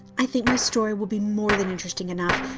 i think my story will be more than interesting enough.